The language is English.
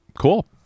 Cool